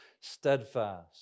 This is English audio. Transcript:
steadfast